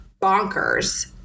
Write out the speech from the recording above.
bonkers